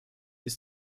ist